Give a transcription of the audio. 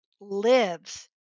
lives